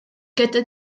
gyda